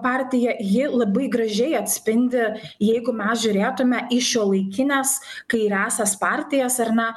partija ji labai gražiai atspindi jeigu mes žiūrėtume į šiuolaikines kairiąsias partijas ar ne